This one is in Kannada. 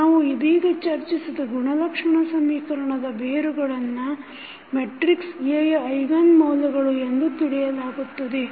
ನಾವು ಇದೀಗ ಚರ್ಚಿಸಿದ ಗುಣಲಕ್ಷಣ ಸಮೀಕರಣದ ಬೇರುಗಳನ್ನು ಮೆಟ್ರಿಕ್ಸ Aಯ ಐಗನ್ ಮೌಲ್ಯಗಳು ಎಂದು ತಿಳಿಯಲಾಗುತ್ತದೆ